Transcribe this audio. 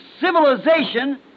civilization